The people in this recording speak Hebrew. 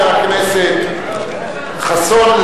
חבר הכנסת חסון,